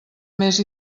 més